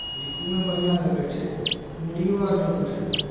लिखहुमे बढ़िआँ लगै छै अँगुरियो आर नहि दुखेलक